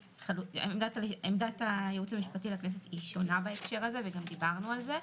עמדת הייעוץ המשפטי לכנסת שונה בהקשר הזה וגם דיברנו על זה.